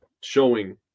showing